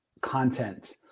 content